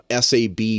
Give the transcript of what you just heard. SAB